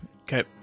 Okay